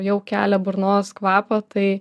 jau kelia burnos kvapą tai